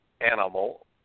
animal